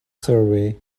survey